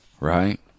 Right